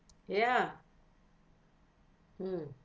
ya mm